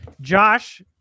Josh